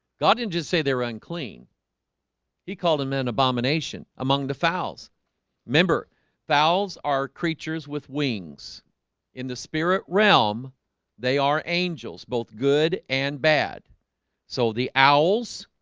god didn't just say they're unclean he called him an abomination among the fowls member valves are creatures with wings in the spirit realm they are angels both good and bad so the owls